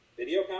video